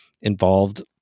involved